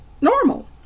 normal